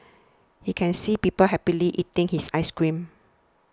he can see people happily eating his ice cream